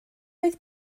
oedd